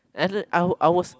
as in I I was